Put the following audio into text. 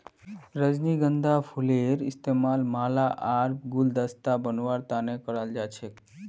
रजनीगंधार फूलेर इस्तमाल माला आर गुलदस्ता बनव्वार तने कराल जा छेक